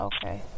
Okay